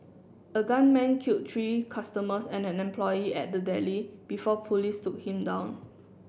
a gunman kill three customers and an employee at the deli before police took him down